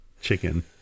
chicken